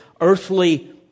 earthly